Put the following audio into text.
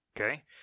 Okay